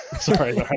Sorry